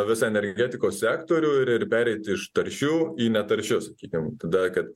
visą energetikos sektorių ir ir pereiti iš taršių į netaršius sakykim tada kad